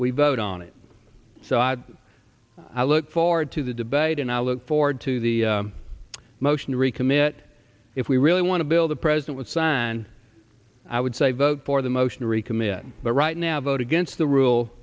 we vote on it so i i look forward to the debate and i look forward to the motion to recommit if we really want to bill the president was signed i would say vote for the motion to recommit but right now vote against the rule